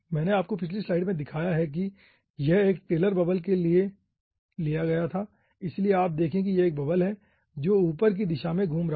मैंने आपको पिछली स्लाइड में दिखाया है कि यह एक टेलर बबल के लिए लिया गया था इसलिए आप देखें कि यह एक बबल है जो ऊपर की दिशा में घूम रहा था